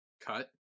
Cut